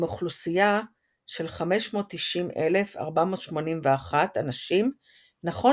עם אוכלוסייה של 590,481 אנשים נכון